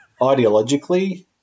Ideologically